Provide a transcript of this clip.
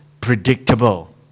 predictable